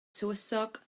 tywysog